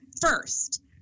first